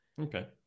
okay